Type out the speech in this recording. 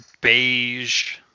beige